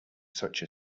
such